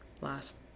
last